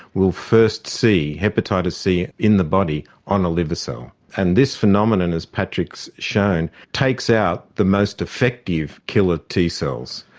we'lll first see hepatitis c in the body on a liver cell and this phenomenon as patrick has so shown takes out the most effective killer t cells.